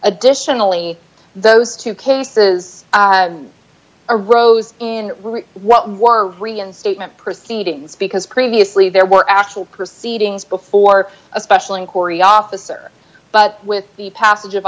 additionally those two cases a rose in what more reinstatement proceedings because previously there were actual proceedings before a special inquiry officer but with the passage of